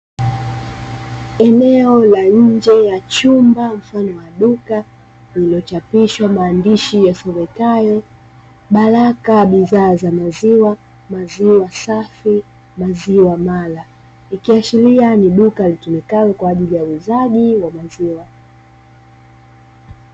Eneo la nje la chumba mfano wa duka lililochapishwa maandishi ya somekayo Baraka bidhaa za maziwa. maziwa safi, maziwa mara. Ikiashiria ni duka litumikalo kwa ajili ya uuzaji wa maziwa.